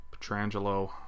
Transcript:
petrangelo